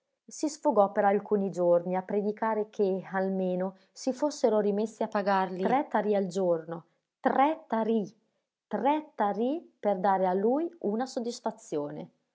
si sfogò per alcuni giorni a predicare che almeno si fossero rimessi a pagarli tre tarì al giorno tre tarì tre tarì per dare a lui una soddisfazione